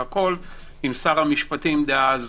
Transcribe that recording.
עם שר המשפטים דאז